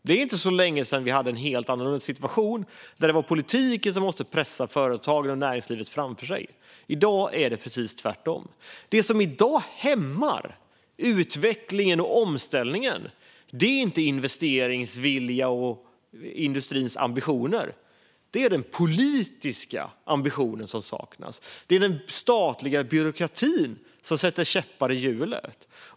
Det är inte länge sedan vi hade en helt annan situation, då politiken måste pressa företagen och näringslivet framför sig. I dag är det precis tvärtom. Det som i dag hämmar utvecklingen och omställningen är inte investeringsvilja och industrins ambitioner. Det är den politiska ambitionen som saknas. Det är den statliga byråkratin som sätter käppar i hjulen.